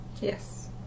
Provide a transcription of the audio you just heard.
yes